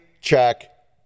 check